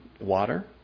water